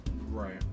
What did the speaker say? right